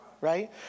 right